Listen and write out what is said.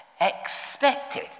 expected